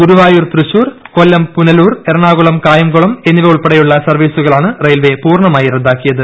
ഗുരുവായൂർ തൃശൂർ കൊല്ലം പുനലൂർ എറണാകുളം കായംകുളം എന്നിവ ഉൾപ്പടെയുള്ള സർവീസുകളാണ് റയിൽവേ പൂർണമായി റദ്ദാക്കിയത്